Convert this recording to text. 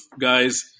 guys